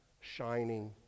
shining